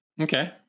Okay